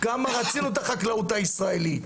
כמה רצינו את החקלאות הישראלית,